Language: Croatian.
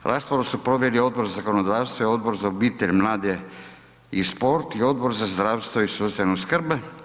Raspravu su proveli Odbor za zakonodavstvo i Odbor za obitelj, mlade i sport i Odbor za zdravstvo i socijalnu skrb.